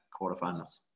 quarterfinals